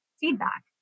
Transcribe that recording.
feedback